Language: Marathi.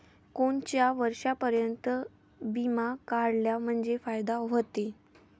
कोनच्या वर्षापर्यंत बिमा काढला म्हंजे फायदा व्हते?